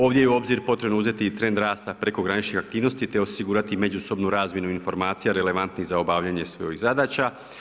Ovdje je u obzir potrebno uzeti i trend rasta prekograničnih aktivnosti te osigurati međusobnu razmjenu informacija relevantnih za obavljanje svih ovih zadaća.